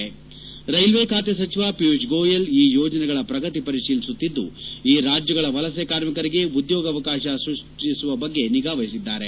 ರ್ಟೆಲ್ಲೆ ಖಾತೆ ಸಚಿವ ಪಿಯೂಷ್ ಗೋಯಲ್ ಈ ಯೋಜನೆಗಳ ಪ್ರಗತಿ ಪರಿಶೀಲಿಸುತ್ತಿದ್ಲ ಈ ರಾಜ್ಯಗಳ ವಲಸೆ ಕಾರ್ಮಿಕರಿಗೆ ಉದ್ಯೋಗಾವಕಾಶ ಸ್ಟಜಿಸುವ ಬಗ್ಗೆ ನಿಗಾವಹಿಸಿದ್ದಾರೆ